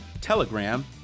Telegram